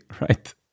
right